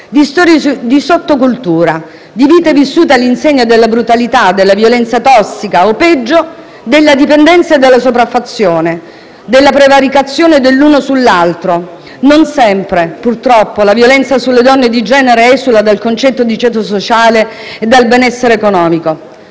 di storie di sottocultura, di vite vissute all'insegna della brutalità, della violenza tossica o, peggio, della dipendenza, della sopraffazione, della prevaricazione dell'uno sull'altro. Non sempre, purtroppo, la violenza sulle donne e di genere esula dal concetto di ceto sociale e di benessere economico.